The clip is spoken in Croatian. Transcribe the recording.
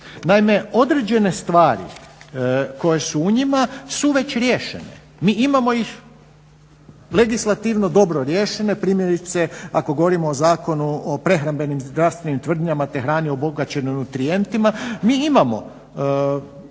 Naime, određene stvari koje su u njima su već riješene. Mi imamo ih legislativno dobro riješene primjerice ako govorimo o Zakonu o prehrambenim zdravstvenim tvrdnjama te hrani obogaćenoj nutrijentima, mi imamo